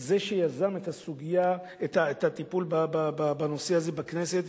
שהוא שיזם את הטיפול בנושא הזה בכנסת,